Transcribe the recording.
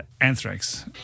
Anthrax